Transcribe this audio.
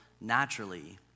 naturally